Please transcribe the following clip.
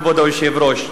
כבוד היושב-ראש.